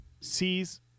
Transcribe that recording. Sees